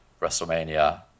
WrestleMania